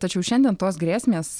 tačiau šiandien tos grėsmės